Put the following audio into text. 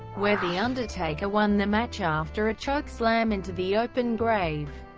where the undertaker won the match after a chokeslam into the open grave.